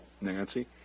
Nancy